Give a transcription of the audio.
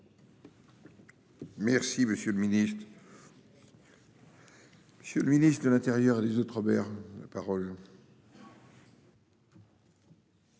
Merci, monsieur le Ministre. Monsieur le ministre de l'Intérieur. Les autres Robert la parole.